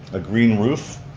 a green roof,